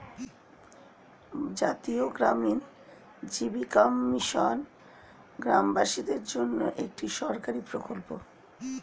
জাতীয় গ্রামীণ জীবিকা মিশন গ্রামবাসীদের জন্যে একটি সরকারি প্রকল্প